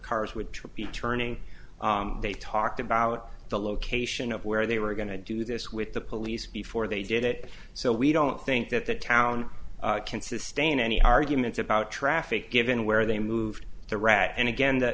cars would trip be turning they talked about the location of where they were going to do this with the police before they did it so we don't think that the town can sustain any arguments about traffic given where they moved the rock and again that